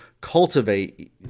cultivate